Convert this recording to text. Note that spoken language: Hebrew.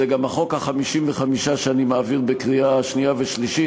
זה גם החוק ה-55 שאני מעביר בקריאה שנייה ושלישית,